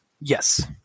Yes